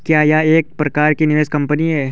क्या यह एक प्रकार की निवेश कंपनी है?